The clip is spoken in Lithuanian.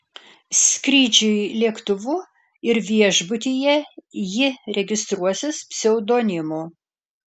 skrydžiui lėktuvu ir viešbutyje ji registruosis pseudonimu